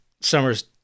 Summers